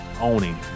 owning